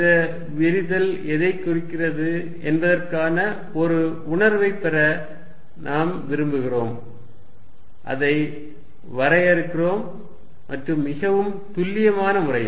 இந்த விரிதல் எதைக் குறிக்கிறது என்பதற்கான ஒரு உணர்வைப் பெற நாம் விரும்புகிறோம் அதை வரையறுக்கிறோம் மற்றும் மிகவும் துல்லியமான முறையில்